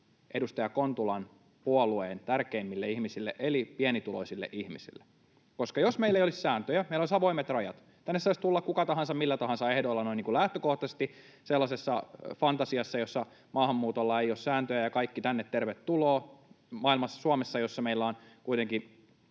edustaja Kontulan puolueen tärkeimmille ihmisille eli pienituloisille ihmisille. Koska jos meillä ei olisi sääntöjä, meillä olisi avoimet rajat, tänne saisi tulla kuka tahansa millä tahansa ehdoilla noin niin kuin lähtökohtaisesti sellaisessa fantasiassa, jossa maahanmuutolla ei ole sääntöjä ja ”kaikki tänne, tervetuloa”, Suomeen, jossa meillä on kuitenkin